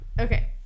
Okay